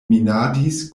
minadis